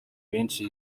benshi